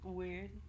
weird